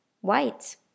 white